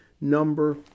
number